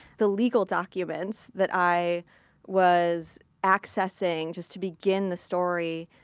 the legal documents that i was accessing just to begin the story,